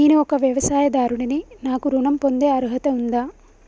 నేను ఒక వ్యవసాయదారుడిని నాకు ఋణం పొందే అర్హత ఉందా?